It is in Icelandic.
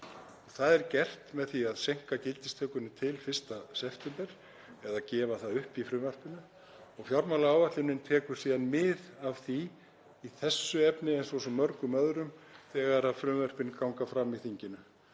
Það er gert með því að seinka gildistökunni til 1. september eða gefa það upp í frumvarpinu. Fjármálaáætlunin tekur síðan mið af því í þessu efni eins og svo mörgu öðru þegar frumvörp ganga fram í þinginu.